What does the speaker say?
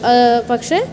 പക്ഷേ